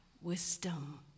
wisdom